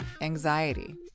anxiety